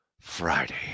Friday